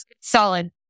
Solid